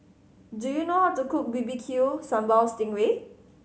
do you know how to cook B B Q Sambal sting ray